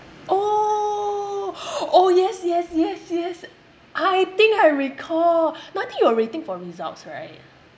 oh oh yes yes yes yes I think I recall no I think you were waiting for results right